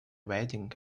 wedding